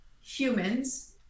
humans